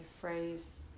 phrase